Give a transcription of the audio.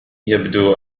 يبدو